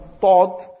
thought